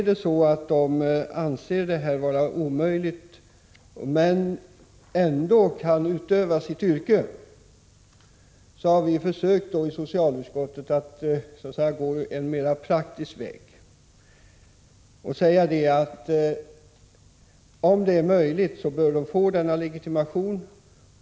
De anser att det är omöjligt för dem att medverka i detta sammanhang. Vi har i socialutskottet försökt att få en praktisk lösningoch säga, att om de ändå kan utöva sitt yrke bör de få legitimation.